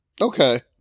Okay